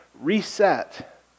reset